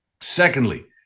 Secondly